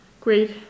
great